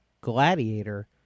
gladiator